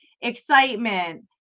excitement